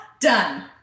done